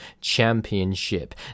Championship